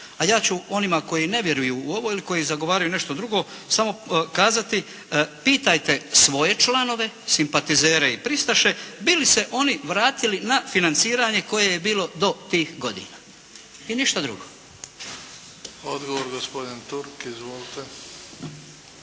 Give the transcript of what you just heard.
a ja ću onima koji ne vjeruju u ovo ili koji zagovaraju nešto drugo samo kazati pitajte svoje članove, simpatizere i pristaše bi li se oni vratili na financiranje koje je bilo do tih godina i ništa drugo. **Bebić, Luka (HDZ)** Odgovor gospodin Turk. Izvolite.